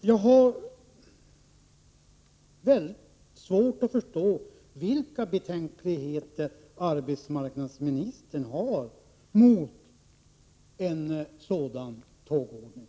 Jag har svårt att förstå vilka betänkligheter arbetsmarknadsministern hyser mot en sådan tågordning.